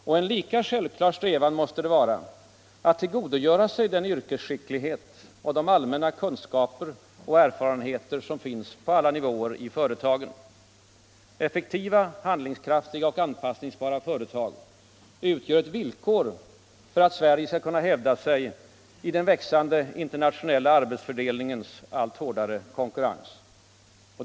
Och en lika självklar strävan måste det vara att tillgodogöra sig den yrkesskicklighet och de allmänna kunskaper och erfarenheter som finns på alla nivåer i företagen. Effektiva, handlingskraftiga och anpassningsbara företag utgör ett villkor för att Sverige skall kunna hävda sig i den växande internationella arbetsfördelningens allt hårdare konkurrens.